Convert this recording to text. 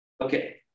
okay